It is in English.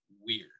weird